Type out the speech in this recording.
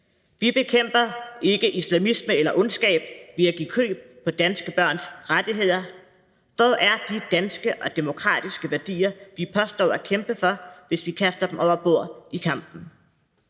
Vi bekæmper ikke islamisme eller ondskab ved at give køb på danske børns rettigheder. Hvor er de danske og demokratiske værdier, vi påstår at kæmpe for, hvis vi kaster dem over bord i kampen?